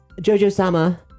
Jojo-sama